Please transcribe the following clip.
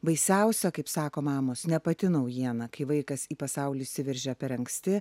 baisiausia kaip sako mamos ne pati naujiena kai vaikas į pasaulį įsiveržia per anksti